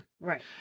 right